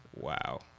Wow